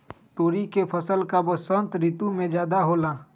तोरी के फसल का बसंत ऋतु में ज्यादा होला?